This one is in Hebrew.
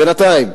בינתיים,